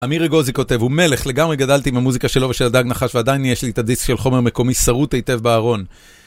אמירי אגוזי כותב, הוא מלך, לגמרי גדלתי במוזיקה שלו ושל הדג נחש ועדיין יש לי את הדיסק של חומר מקומי שרוט היטב בארון.